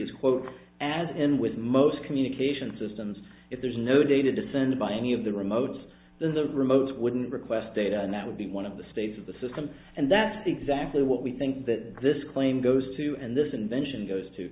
is quote as in with most communication systems if there's no data to send by any of the remotes then the remote wouldn't request data and that would be one of the states of the system and that's exactly what we think that this claim goes to and this invention goes to